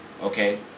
okay